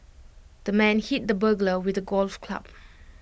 the man hit the burglar with the golf club